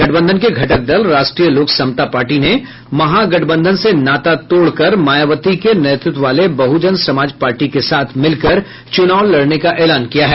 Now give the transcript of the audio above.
गठबंधन के घटक दल राष्ट्रीय लोक समता पार्टी ने महागठबंधन से नाता तोड़कर मायावती के नेतृत्व वाले बहुजन समाज पार्टी के साथ मिलकर चुनाव लड़ने का एलान किया है